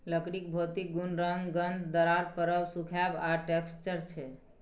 लकड़ीक भौतिक गुण रंग, गंध, दरार परब, सुखाएब आ टैक्सचर छै